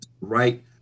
right